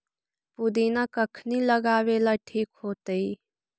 पुदिना कखिनी लगावेला ठिक होतइ?